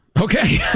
Okay